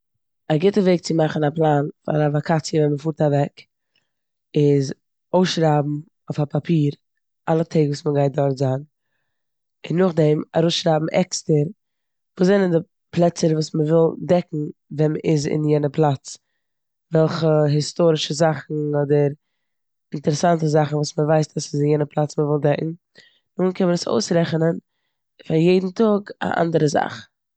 א גוטע וועג צו מאכן א פלאן פאר א וואקאציע ווען מ'פארט אוועק איז אויסשרייבן אויף א פאפיר אלע טעג וואס מ'גייט דארט זיין און נאכדעם אראפשריבן עקסטער וואס זענען די פלעצער וואס מ'וויל דעקן ווען מ'איז אין יענע פלאץ, וועלכע היסטארשע זאכן אדער אינטעראסאנטע זאכן וואס מ'ווייסט ס'איז אין יענע פלאץ, מ'וויל דעקן. נאכדעם קען מען עס אויסרעכענען פאר יעדען טאג א אנדערע זאך.